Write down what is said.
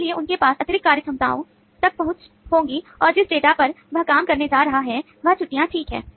इसलिए उनके पास अतिरिक्त कार्यक्षमताओं तक पहुंच होगी और जिस डेटा प र वह काम करने जा रहा है वह छुट्टियां ठीक है